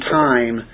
time